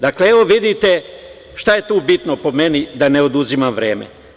Dakle, evo vidite šta je tu bitno, po meni, da ne oduzimam vreme.